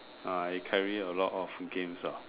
uh I carry a lot of games ah